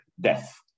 death